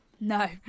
No